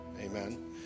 Amen